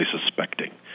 suspecting